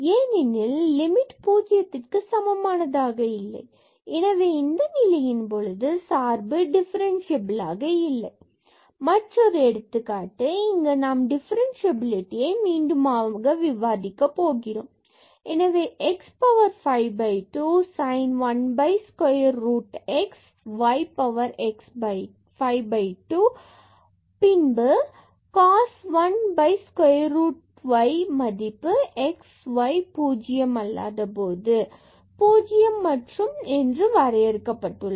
ஏனெனில் லிமிட் பூஜ்ஜியத்திற்கு சமமானதாக இல்லை எனவே இந்த நிலையின் போது சார்பானது டிஃபரென்ஸ்சியபிலாக இல்லை மற்றொரு எடுத்துக்காட்டு இங்கு நாம் டிஃபரண்சியபிலிடி மீண்டுமாக விவாதிக்கப் போகிறோம் எனவே x பவர் 5 2 மற்றும் sin 1 square root x y 5 2 மற்றும் பின்பு cos 1 square root y மதிப்பு x மற்றும் y பூஜ்ஜியம் அல்லாத போது பூஜ்ஜியம் மற்றும் இது வரையறுக்கப்பட்டுள்ளது